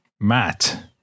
matt